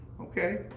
Okay